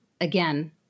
again